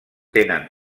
tenen